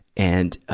and, ah,